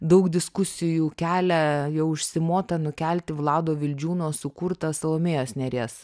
daug diskusijų kelia jau užsimota nukelti vlado vildžiūno sukurtą salomėjos nėries